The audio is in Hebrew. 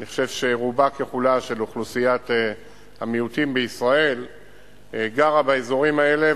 אני חושב שאוכלוסיית המיעוטים רובה ככולה גרה באזורים האלה,